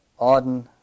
Auden